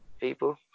people